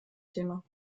thema